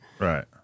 Right